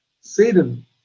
Satan